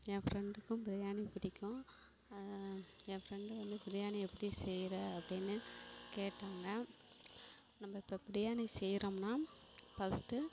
ஏன் ஃப்ரெண்ட்டுக்கும் பிரியாணி பிடிக்கும் என் ஃப்ரெண்ட்டு வந்து பிரியாணி எப்படி செய்கிற அப்படின்னு கேட்டாங்க நம்ம இப்போ பிரியாணி செய்கிறோம்னா ஃபஸ்ட்டு